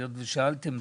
היות ושאלתם,